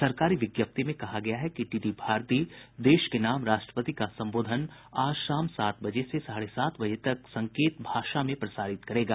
सरकारी विज्ञप्ति में कहा गया है कि डीडी भारती देश के नाम राष्ट्रपति का संबोधन कल शाम सात बजे से साढ़े सात बजे तक संकेत भाषा में प्रसारित करेगा